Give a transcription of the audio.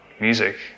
music